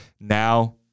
Now